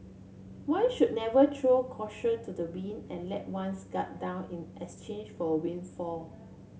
one should never throw caution to the wind and let one's guard down in exchange for windfall